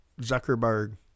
Zuckerberg